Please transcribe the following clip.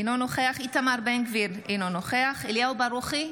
אינו נוכח איתמר בן גביר, אינו נוכח אליהו ברוכי,